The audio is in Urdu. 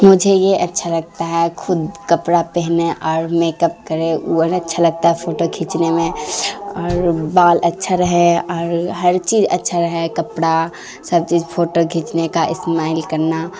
مجھے یہ اچھا لگتا ہے خود کپڑا پہنے اور میکپ کرے اچھا لگتا ہے فوٹو کھینچنے میں اور بال اچھا رہے اور ہر چیز اچھا رہے کپڑا سب چیز فوٹو کھینچنے کا اسمائل کرنا